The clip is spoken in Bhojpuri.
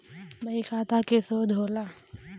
बहीखाता के शोध होला